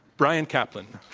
bryan caplan.